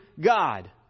God